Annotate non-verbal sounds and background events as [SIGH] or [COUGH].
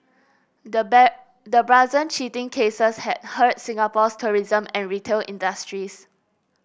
the [UNINTELLIGIBLE] the brazen cheating cases had hurt Singapore's tourism and retail industries